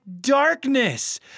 darkness